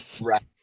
Right